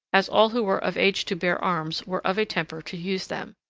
as all who were of age to bear arms were of a temper to use them.